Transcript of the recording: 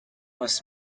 was